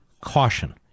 caution